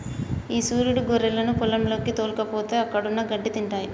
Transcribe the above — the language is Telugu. ఈ సురీడు గొర్రెలను పొలంలోకి తోల్కపోతే అక్కడున్న గడ్డి తింటాయి